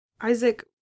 Isaac